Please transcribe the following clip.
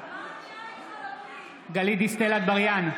בעד גלית דיסטל אטבריאן,